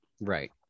right